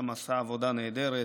הוא גם עשה עבודה נהדרת,